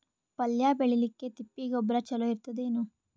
ಪಲ್ಯ ಬೇಳಿಲಿಕ್ಕೆ ತಿಪ್ಪಿ ಗೊಬ್ಬರ ಚಲೋ ಇರತದೇನು?